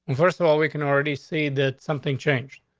first of all, we can already see that something changed.